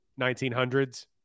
1900s